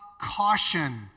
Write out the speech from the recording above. caution